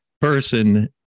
person